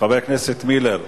חבר הכנסת מילר,